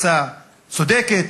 תפיסה צודקת,